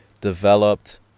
developed